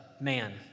man